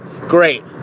Great